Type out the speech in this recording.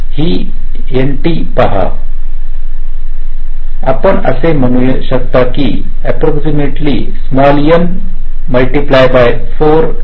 ही एनटी पहा आपण असे म्हणू शकता की हे अप्रॉक्सीमेटली n × 4t इतके आहे